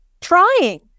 trying